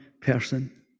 person